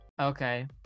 Okay